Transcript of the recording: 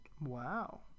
Wow